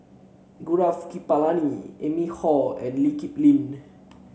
Gaurav Kripalani Amy Khor and Lee Kip Lin